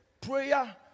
prayer